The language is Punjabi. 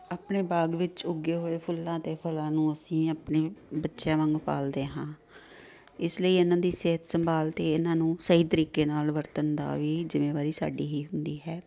ਆਪਣੇ ਬਾਗ ਵਿੱਚ ਉੱਗੇ ਹੋਏ ਫੁੱਲਾਂ ਅਤੇ ਫਲਾਂ ਨੂੰ ਅਸੀਂ ਆਪਣੀ ਬੱਚਿਆਂ ਵਾਂਗੂ ਪਾਲਦੇ ਹਾਂ ਇਸ ਲਈ ਇਹਨਾਂ ਦੀ ਸਿਹਤ ਸੰਭਾਲ ਅਤੇ ਇਹਨਾਂ ਨੂੰ ਸਹੀ ਤਰੀਕੇ ਨਾਲ ਵਰਤਣ ਦਾ ਵੀ ਜਿੰਮੇਵਾਰੀ ਸਾਡੀ ਹੀ ਹੁੰਦੀ ਹੈ